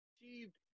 achieved